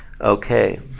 okay